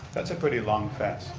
that's pretty long fence.